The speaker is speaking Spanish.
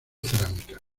cerámicas